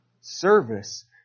service